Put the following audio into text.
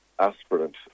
aspirant